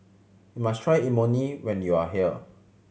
you must try Imoni when you are here